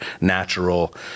natural